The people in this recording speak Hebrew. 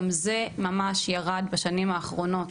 גם זה ממש ירד בשנים האחרונות.